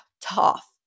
tough